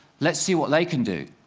let's see what they can do.